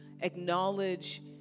acknowledge